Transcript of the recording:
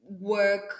work